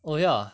oh ya